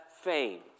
fame